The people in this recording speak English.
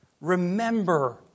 Remember